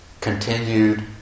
continued